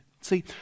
See